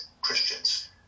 Christians